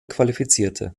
qualifizierte